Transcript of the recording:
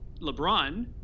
lebron